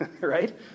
right